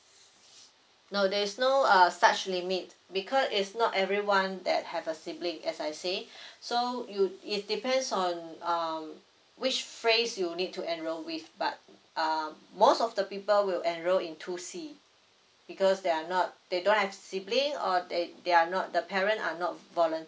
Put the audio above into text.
no there is no uh such limit because it's not everyone that have a sibling as I say so you it depends on um which phase you need to enroll with but um most of the people will enroll in two C because they are not they don't have sibling or they they are not the parent are not volunteer